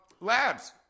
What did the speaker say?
labs